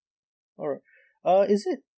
alright uh is it